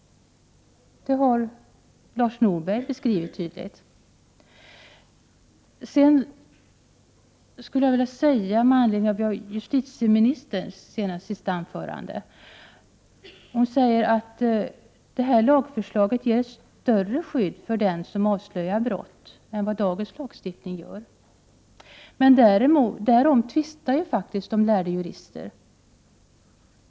Detta har Lars Norberg tydligt beskrivit. Justitieministern säger i sitt senaste anförande att den föreslagna lagen kommer att innebära ett större skydd för dem som avslöjar brott än vad dagens lagstiftning ger. Men därom tvistar de lärda juristerna.